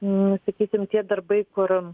nu sakykim tie darbai kur